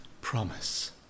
promise